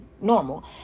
normal